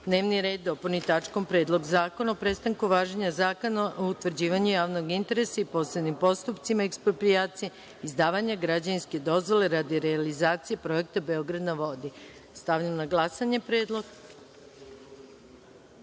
sednice dopuni tačkom - Predlog zakona o prestanku važenja Zakona o utvrđivanju javnog interesa i posebnim postupcima eksproprijacije i izdavanja građevinske dozvole radi realizacije projekta Beograd na vodi. Stavljam na glasanje ovaj